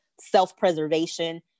self-preservation